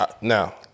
Now